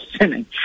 sinning